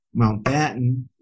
Mountbatten